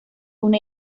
una